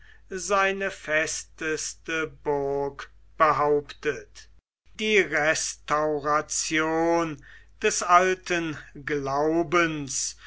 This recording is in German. seine festeste burg behauptet die restauration des alten glaubens